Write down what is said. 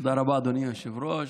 תודה רבה, אדוני היושב-ראש.